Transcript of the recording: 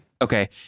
Okay